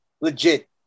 legit